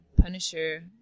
punisher